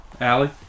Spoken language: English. Allie